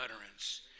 utterance